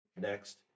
next